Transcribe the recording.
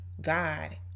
God